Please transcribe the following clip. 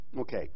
Okay